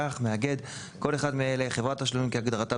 כך: ""מאגד" - כל אחד מאלה: חברת תשלומים כהגדרתה